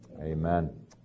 Amen